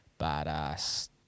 badass